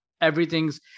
Everything's